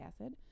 acid